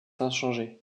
inchangés